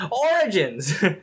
Origins